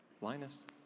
Linus